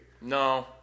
No